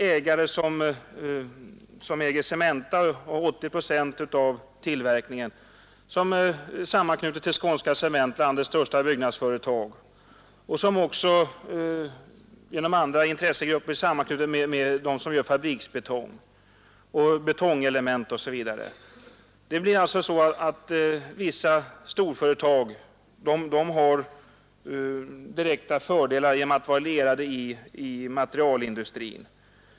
Ägaren till Cementa, som har 80 procent av cementtillverkningen, är knuten till Skånska cement, landets största byggnadsföretag, och genom andra intressegrupper också till dem som tillverkar fabriksbetong, betongelement osv. Vissa storföretag har alltså direkta fördelar genom att vara lierade med materialindustrin.